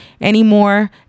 anymore